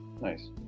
Nice